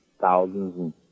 thousands